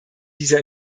dieser